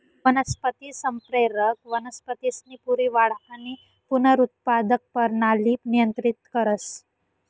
वनस्पती संप्रेरक वनस्पतीसनी पूरी वाढ आणि पुनरुत्पादक परणाली नियंत्रित करस